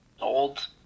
old